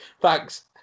Thanks